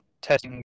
testing